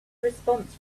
response